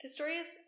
Pistorius